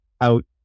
out